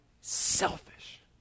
selfish